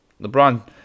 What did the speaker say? LeBron